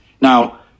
Now